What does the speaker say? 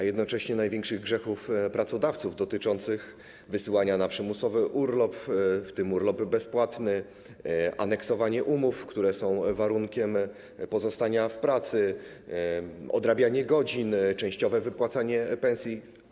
a jednocześnie największych grzechów pracodawców dotyczących wysyłania na przymusowy urlop, w tym urlop bezpłatny, aneksowania umów, które są warunkiem pozostania w pracy, odrabiania godzin, częściowego wypłacanie pensji?